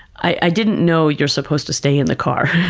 i didn't know you're supposed to stay in the car.